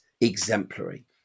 exemplary